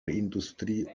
industrie